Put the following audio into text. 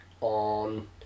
on